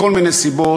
מכל מיני סיבות,